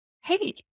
Hey